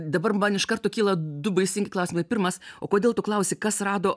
dabar man iš karto kyla du baisingi klausimai pirmas o kodėl tu klausi kas rado